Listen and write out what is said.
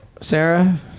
Sarah